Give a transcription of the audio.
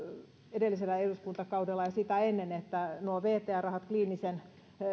edellisellä eduskuntakaudella ja sitä ennen että nuo vtr rahat kliinisen